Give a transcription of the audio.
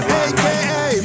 aka